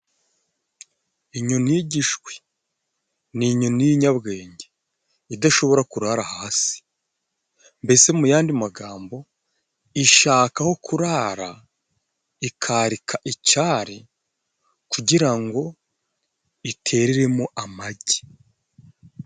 Inyoni y'igishwi ni inyoni y'inyabwenge idashobora kurara hasi, mbese mu yandi magambo ishaka aho kurara ikarika icyari kugira ngo itereremo amagi.